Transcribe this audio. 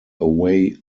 away